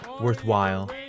worthwhile